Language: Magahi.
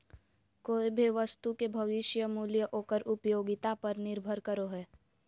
कोय भी वस्तु के भविष्य मूल्य ओकर उपयोगिता पर निर्भर करो हय